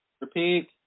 Repeat